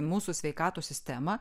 mūsų sveikatos sistemą